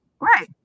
right